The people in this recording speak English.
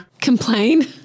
Complain